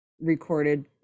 recorded